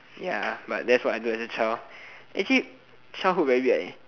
ya but that's what I do as a child actually childhood very weird eh